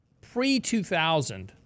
pre-2000